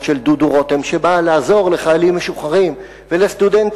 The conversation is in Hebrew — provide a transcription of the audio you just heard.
של חבר הכנסת דודו רותם שבאה לעזור לחיילים משוחררים ולסטודנטים,